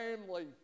family